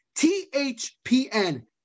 THPN